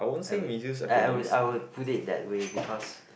I would I would I would put it that way because